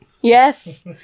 yes